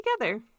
together